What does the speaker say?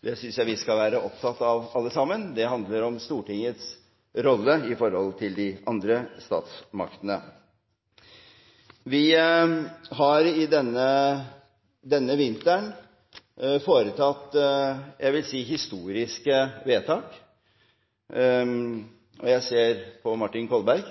Det synes jeg vi skal være opptatt av, alle sammen. Det handler om Stortingets rolle i forhold til de andre statsmaktene. Vi har denne vinteren foretatt historiske, vil jeg si, vedtak – og jeg ser på Martin Kolberg,